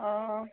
অঁ